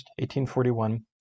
1841